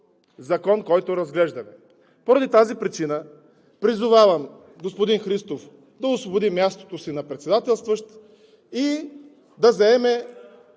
закон, който разглеждаме. Поради тази причина призовавам господин Христов да освободи мястото си на председателстващ, да напусне